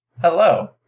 Hello